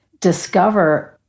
discover